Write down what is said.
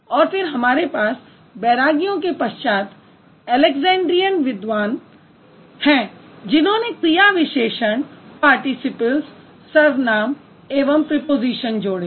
और फिर हमारे पास बैरागियों के पश्चात ऐलैक्ज़ेंड्रीयन विद्वान हैं जिन्होंने क्रिया विशेषण पार्टीसिपेल्स सर्वनाम एवं प्रेपोज़िशन जोड़े